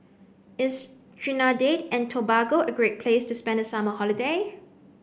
is Trinidad and Tobago a great place to spend the summer holiday